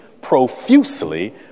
profusely